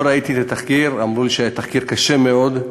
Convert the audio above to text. לא ראיתי את התחקיר, אמרו לי שהיה תחקיר קשה מאוד,